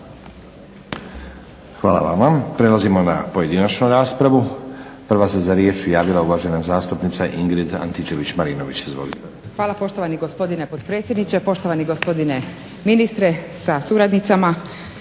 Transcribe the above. Hvala vama. Prelazimo na pojedinačnu raspravu. Prva se za riječ javila uvažena zastupnica Ingrid Antičević-Marinović. Izvolite. **Antičević Marinović, Ingrid (SDP)** Hvala poštovani gospodine potpredsjedniče, poštovani gospodine ministre sa suradnicama,